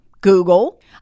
Google